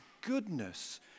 goodness